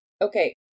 Okay